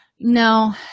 no